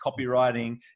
copywriting